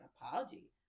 apology